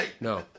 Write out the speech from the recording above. No